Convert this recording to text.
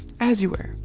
as you were,